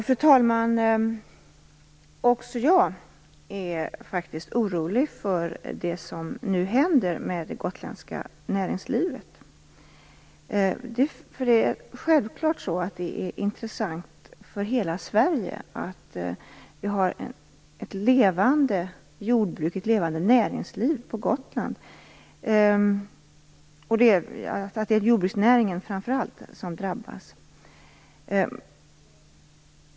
Fru talman! Också jag är orolig över det som händer med det gotländska näringslivet. Det är självklart att det är intressant för hela Sverige att det finns en levande jordbruksnäring på Gotland. Det är framför allt jordbruksnäringen som drabbas.